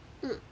mm